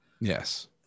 Yes